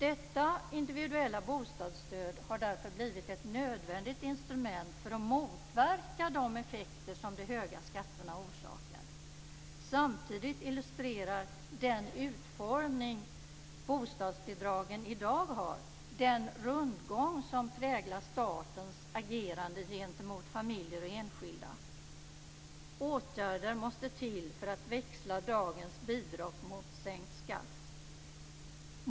Detta individuella bostadsstöd har därför blivit ett nödvändigt instrument för att motverka de effekter som de höga skatterna orsakar. Samtidigt illustrerar den utformning bostadsbidragen i dag har den rundgång som präglar statens agerande gentemot familjer och enskilda. Åtgärder måste till för att växla dagens bidrag mot sänkt skatt.